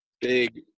big